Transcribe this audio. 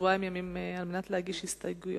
כשבועיים ימים על מנת להגיש הסתייגויות.